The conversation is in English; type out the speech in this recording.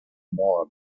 more